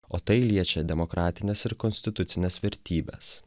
o tai liečia demokratines ir konstitucines vertybes